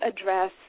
address